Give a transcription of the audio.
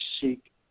seek